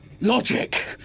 Logic